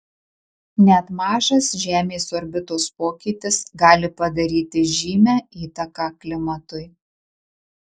net mažas žemės orbitos pokytis gali padaryti žymią įtaką klimatui